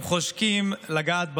הם חושקים לגעת בזוהר,